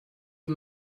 eux